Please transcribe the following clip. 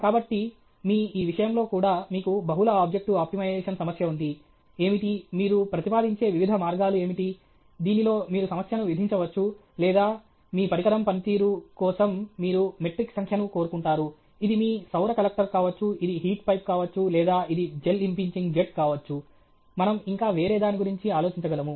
కాబట్టి మీ ఈ విషయంలో కూడా మీకు బహుళ ఆబ్జెక్టివ్ ఆప్టిమైజేషన్ సమస్య ఉంది ఏమిటి మీరు ప్రతిపాదించే వివిధ మార్గాలు ఏమిటి దీనిలో మీరు సమస్యను విధించవచ్చు లేదా మీ పరికరం పనితీరు కోసం మీరు మెట్రిక్ సంఖ్యను కోరుకుంటారు ఇది మీ సౌర కలెక్టర్ కావచ్చు ఇది హీట్ పైప్ కావచ్చు లేదా ఇది జెట్ ఇంపింజింగ్ జెట్ కావచ్చు మనం ఇంకా వేరే దాని గురించి ఆలోచించగలము